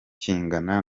kingana